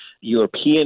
European